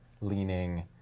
leaning